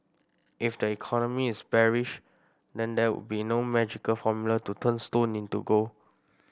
if the economy is bearish then there would be no magical formula to turn stone into gold